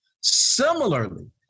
Similarly